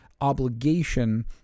obligation